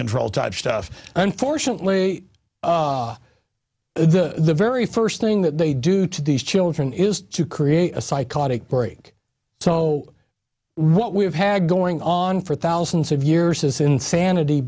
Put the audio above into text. control type stuff unfortunately the very first thing that they do to these children is to create a psychotic break so what we've had going on for thousands of years is insanity